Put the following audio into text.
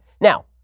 Now